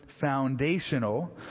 foundational